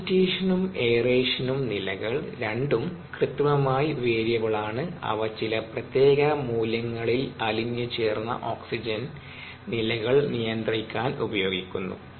അജിറ്റേഷനും എറേഷനും രണ്ടും imaginary variable ആണ്അവ ചില പ്രത്യേക മൂല്യങ്ങളിൽ അലിഞ്ഞു ചേർന്ന ഓക്സിജൻ അളവുകൾ നിയന്ത്രിക്കാൻ ഉപയോഗിക്കുന്നു